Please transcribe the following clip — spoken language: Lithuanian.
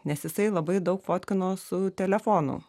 nes jisai labai daug fotkino su telefonu